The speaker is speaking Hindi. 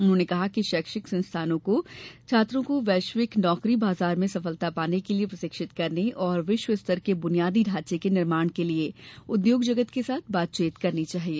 उन्होंने कहा कि शैक्षिक संस्थानों को छात्रों को वैश्विक नौकरी बाजार में सफलता पाने के लिए प्रशिक्षित करने और विश्व स्तर के बुनियादी ढांचे के निर्माण के लिए उद्योगजगत के साथ बातचीत करनी चाहिए